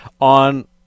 on